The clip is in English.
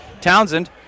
Townsend